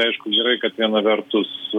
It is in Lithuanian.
aišku gerai kad viena vertus